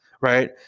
Right